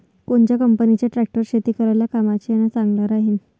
कोनच्या कंपनीचा ट्रॅक्टर शेती करायले कामाचे अन चांगला राहीनं?